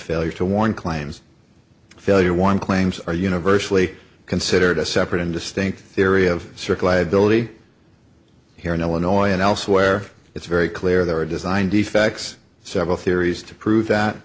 failure to one claims failure one claims are universally considered a separate and distinct area of circ liability here in illinois and elsewhere it's very clear there were designed effects several theories to prove that